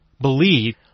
believe